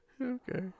Okay